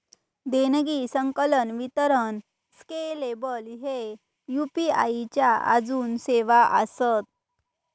देणगी, संकलन, वितरण स्केलेबल ह्ये यू.पी.आई च्या आजून सेवा आसत